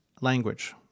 language